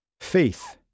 faith